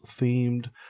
themed